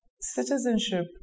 citizenship